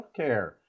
healthcare